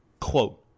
Quote